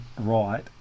right